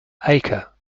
acre